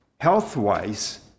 health-wise